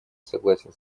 согласен